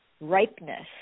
ripeness